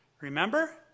Remember